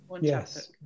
Yes